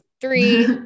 three